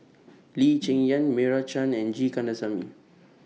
Lee Cheng Yan Meira Chand and G Kandasamy